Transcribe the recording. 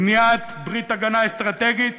בניית ברית הגנה אסטרטגית,